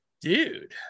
dude